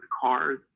cars